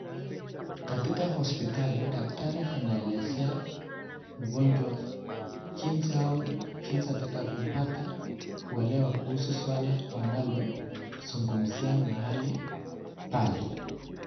Katika hospitali, daktari anaelezea mgonjwa jinsi au jinsi atakavyopata kuelewa kuhusu suala ambalo wanazungumzia mahali pale.